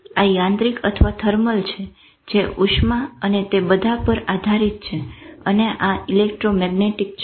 આ યાંત્રિક અથવા થર્મલ છે જે ઉષ્મા અને તે બધા પર આધારિત છે અને આ ઇલેક્ટ્રોમેગ્નેટિક છે